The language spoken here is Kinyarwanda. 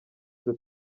twe